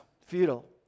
futile